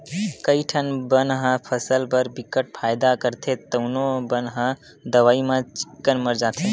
कइठन बन ह फसल बर बिकट फायदा करथे तउनो बन ह दवई म चिक्कन मर जाथे